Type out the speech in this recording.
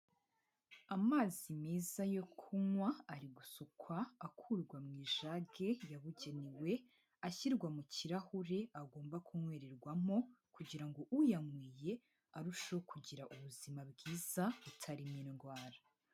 Amazi meza yo kunywa ari gusukwa akurwa mu ijage yabugenewe, ashyirwa mu kirahure agomba kunywererwamo kugira ngo uyanyweye arusheho kugira ubuzima bwiza butarimo indwara.